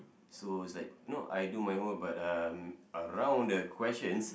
so it's like you know I do my work but um around the questions